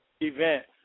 event